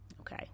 okay